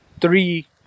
Three